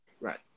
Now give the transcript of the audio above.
Right